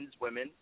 women